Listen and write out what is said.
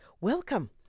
Welcome